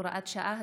הוראת שעה),